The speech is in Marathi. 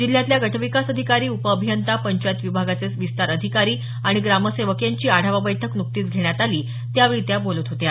जिल्ह्यातल्या गट विकास अधिकारी उप अभियंता पंचायत विभागाचे विस्तार अधिकारी आणि ग्रामसेवक यांची आढावा बैठक नुकतीच घेण्यात आली त्यावेळी त्या बोलत होत्या